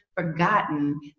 forgotten